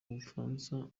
bufaransa